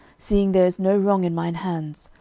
seeing there is no wrong in mine hands,